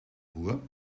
ruhr